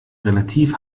relativ